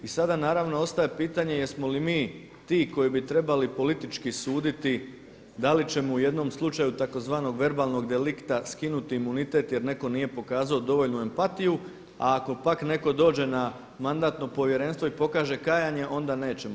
I sada naravno ostaje pitanje jesmo li mi ti koji bi trebali politički suditi, da li ćemo u jednom slučaju tzv. verbalnog delikta skinuti imunitete jer netko nije pokazao dovoljnu empatiju a ako pak netko dođe na Mandatno povjerenstvo i pokaže kajanje onda nećemo.